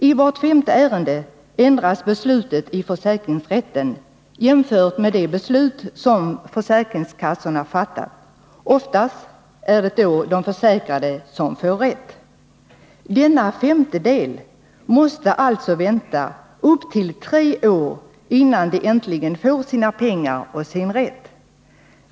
I vart femte ärende ändras beslutet i försäkringsrätten, jämfört med det beslut som försäkringskassorna fattat. Oftast är det då de försäkrade som får rätt. Denna femtedel måste alltså vänta upp till tre år innan de äntligen får sina pengar och tillerkänns sin rätt.